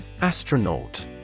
Astronaut